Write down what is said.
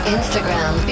Instagram